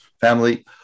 family